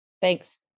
Thanks